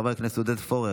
חבר הכנסת עודד פורר,